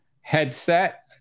headset